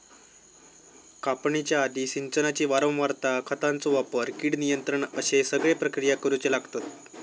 कापणीच्या आधी, सिंचनाची वारंवारता, खतांचो वापर, कीड नियंत्रण अश्ये सगळे प्रक्रिया करुचे लागतत